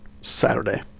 Saturday